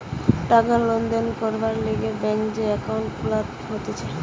টাকা লেনদেন করবার লিগে ব্যাংকে যে একাউন্ট খুলা হতিছে